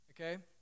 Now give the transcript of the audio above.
okay